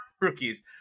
rookies